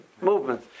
movement